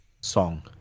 song